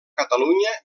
catalunya